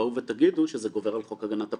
בואו ותגידו שזה גובר על חוק הגנת הפרטיות,